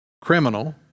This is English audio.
criminal